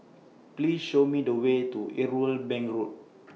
Please Show Me The Way to Irwell Bank Road